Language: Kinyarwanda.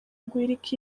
guhirika